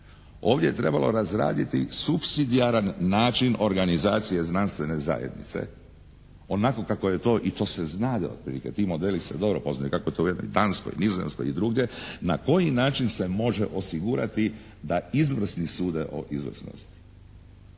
Ovdje je trebalo razraditi supsidijaran način organizacije znanstvene zajednice onako kako je to i to se zna da otprilike ti modeli se dobro poznaju kako je to u jednoj Danskoj, Nizozemskoj i drugdje na koji način se može osigurati da izvrsni sude o izvrsnosti,